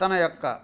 తన యొక్క